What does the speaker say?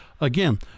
Again